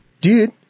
Dude